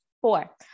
four